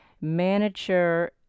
manager